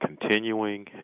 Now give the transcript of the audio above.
continuing